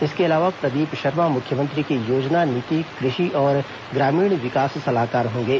इसके अलावा प्रदीप शर्मा मुख्यमंत्री के योजना नीति कृषि और ग्रामीण विकास सलाहकार होंगे